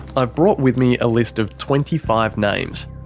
i've brought with me a list of twenty five names.